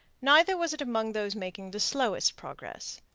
neither was it among those making the slowest progress.